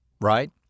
right